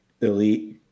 elite